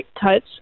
touch